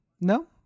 No